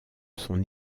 son